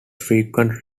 frequent